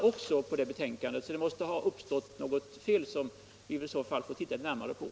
Det måste således ha uppstått något fel beträffande de uppgifter fru Lewén-Eliasson fått om att betänkandet skulle vara helt slut.